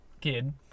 kid